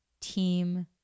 team